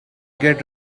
get